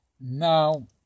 Now